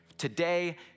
Today